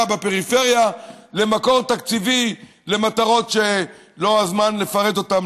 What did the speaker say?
בפריפריה למקור תקציבי למטרות שלא זה הזמן לפרט אותן,